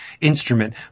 instrument